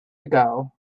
ago